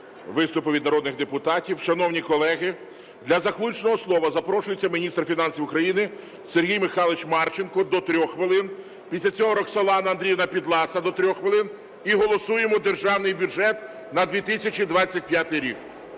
виступи від народних депутатів. Шановні колеги, для заключного слова запрошується міністр фінансів України Сергій Михайлович Марченко – до 3 хвилин. Після цього Роксолана Андріївна Підласа – до 3 хвилин. І голосуємо Державний бюджет на 2025 рік.